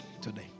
today